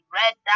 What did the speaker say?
red